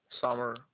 summer